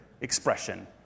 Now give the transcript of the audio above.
expression